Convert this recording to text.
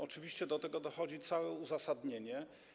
Oczywiście do tego dochodzi całe uzasadnienie.